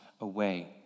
away